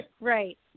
Right